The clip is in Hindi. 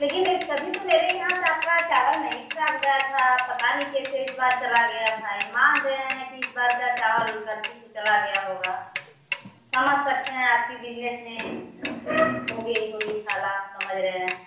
लेकिन ये कभी तो मेरे यहाँ से आपका चावल नहीं ख़राब गया था पता नहीं कैसे इस बार चला गया भाई मान रहे हैं कि इस बार का चावल ग़लती से चला गया होगा समझ सकते हैं आपके बिजनेस में हो गई होगी समझ रहे हैं